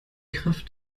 kraft